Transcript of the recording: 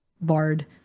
Bard